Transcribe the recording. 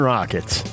Rockets